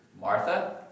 Martha